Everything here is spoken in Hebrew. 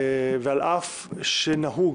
ועל אף שנהוג